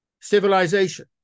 civilization